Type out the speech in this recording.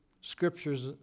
scriptures